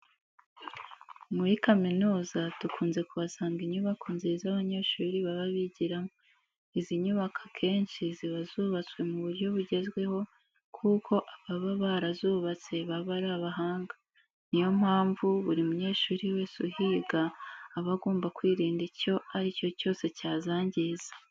Muri kaminuza dukunze kuhasanga inyubako nziza abanyeshuri baba bigiramo. Izi nyubako akenshi ziba zubatswe mu buryo bugezweho kuko ababa barazubatse baba ari abahanga. Niyo mpamvu buri munyeshuri wese uhiga aba agomba kwirinda icyo ari cyo cyose cyazangiza.